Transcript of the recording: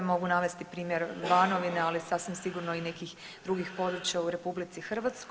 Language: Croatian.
Mogu navesti primjer Banovine, ali sasvim sigurno i nekih drugih područja u RH.